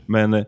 Men